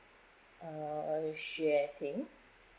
uh oh xue ting